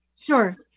Sure